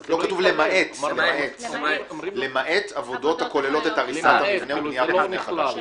כתוב: למעט עבודות הכוללות את הריסת המבנה ובניית המבנה מחדש.